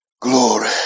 Glory